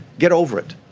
get over it.